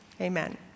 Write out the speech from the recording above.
Amen